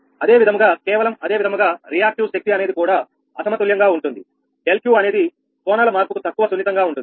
అదే విధముగా కేవలం అదే విధముగా రియాక్టివ్ శక్తి అనేది కూడా అసమతుల్యంగా ఉంటుంది ∆𝑄 అనేది కోణాల మార్పుకు తక్కువ సున్నితంగా ఉంటుంది